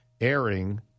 airing